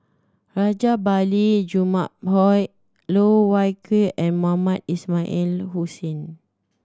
Rajabali Jumabhoy Loh Wai Kiew and Mohamed Ismail Hussain